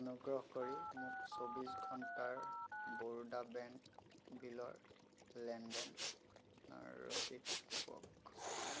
অনুগ্ৰহ কৰি মোক চৌব্বিছ ঘণ্টাৰ বৰোদা বেংক বিলৰ লেনদেনৰ ৰচিদ দেখুৱাওক